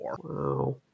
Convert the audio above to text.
Wow